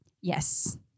Yes